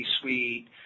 suite